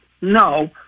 no